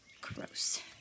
Gross